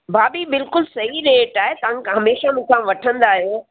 भाभी बिल्कुलु सही रेट आहे तव्हां हमेशा मूंखां वठंदा आहियो